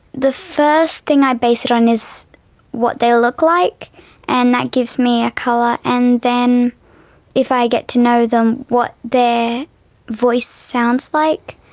the first thing i base it on is what they look like and that gives me a colour. and then if i get to know them, what their voice sounds like.